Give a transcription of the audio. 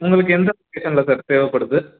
உங்களுக்கு எந்த சீசனில் சார் தேவைப்படுது